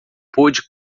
pôde